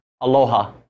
Aloha